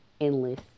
endless